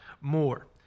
more